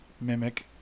Mimic